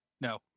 No